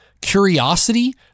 curiosity